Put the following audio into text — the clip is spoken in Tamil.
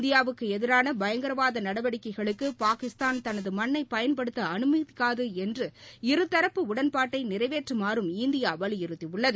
இந்தியாவுக்கு எதிரான பயங்கரவாத நடவடிக்கைகளுக்கு பாகிஸ்தான் தனது மண்ணை பயன்படுத்த அனுமதிக்காது என்ற இருதரப்பு உடன்பாட்டை நிறைவேற்றுமாறும் இந்தியா வலியுறுத்தியுள்ளது